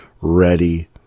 ready